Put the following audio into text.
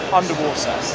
underwater